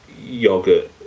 yogurt